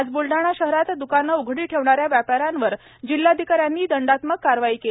आज बुलडाणा शहरात दुकाने ऊघडी ठेवणाऱ्या व्यापाऱ्यावर जिल्हाधिकाऱ्यांनी दंडात्मक कारवाई केली